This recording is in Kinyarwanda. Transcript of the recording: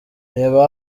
reba